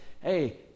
hey